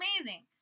amazing